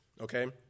okay